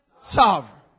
sovereign